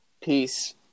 peace